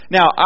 Now